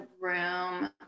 room